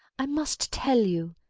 i must tell you.